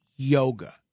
yoga